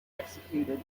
executed